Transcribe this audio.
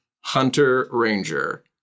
hunter-ranger